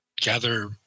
gather